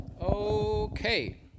Okay